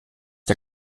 der